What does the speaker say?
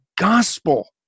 gospel